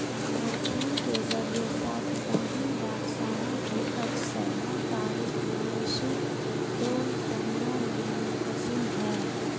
مورخین کے ذریعہ ساتواں ہی بادشاہوں کی از سر نو تاریخ نوشی دو زمروں میں منقسم ہے